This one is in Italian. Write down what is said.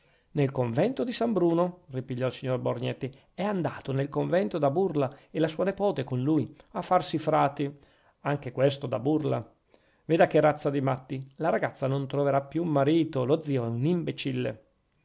nel convento di san bruno ripigliò il signor borgnetti è andato nel convento da burla e la sua nepote con lui a farsi frati anche questo da burla veda che razza di matti la ragazza non troverà più marito lo zio è un imbecille